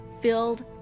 filled